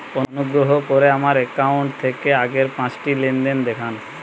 অনুগ্রহ করে আমার অ্যাকাউন্ট থেকে আগের পাঁচটি লেনদেন দেখান